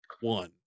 one